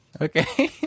Okay